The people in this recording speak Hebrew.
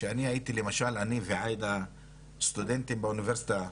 כשאני ועאידה היינו סטודנטים באוניברסיטה,